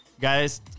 guys